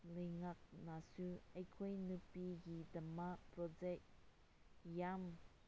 ꯂꯩꯉꯥꯛꯅꯁꯨ ꯑꯩꯈꯣꯏ ꯅꯨꯄꯤꯒꯤꯗꯃꯛ ꯄ꯭ꯔꯣꯖꯦꯛ ꯌꯥꯝ